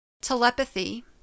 telepathy